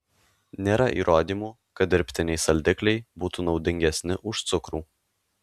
nėra įrodymų kad dirbtiniai saldikliai būtų naudingesni už cukrų